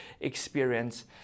experience